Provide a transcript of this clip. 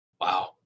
Wow